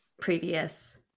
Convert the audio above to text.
previous